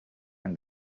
and